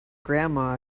grandma